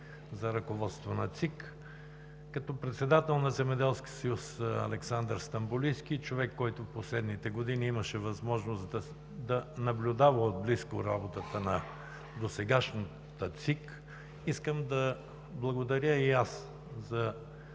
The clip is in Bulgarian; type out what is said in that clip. за ръководство на ЦИК! Като председател на Земеделски съюз „Александър Стамболийски“, човек, който в последните години имаше възможност да наблюдава отблизо работата на досегашната ЦИК, искам да им благодаря за